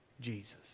Jesus